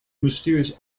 mysterious